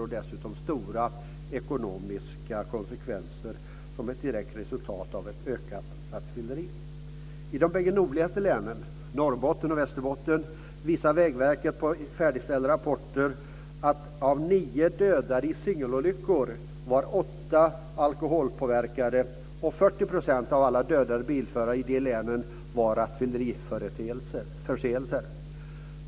Dessutom kan den ge stora ekonomiska konsekvenser som ett direkt resultat av ökat rattfylleri. Västerbotten, visar Vägverkets färdigställda rapporter att av 9 dödade i singelolyckor var 8 alkoholpåverkade och att 40 % av alla de dödade bilförarna i de länen omkom på grund av rattfylleriförseelser.